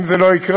אם זה לא יקרה,